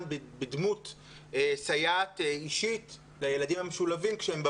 בדמות הסייעת האישית לילדים המשולבים כשהם בבית?